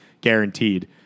guaranteed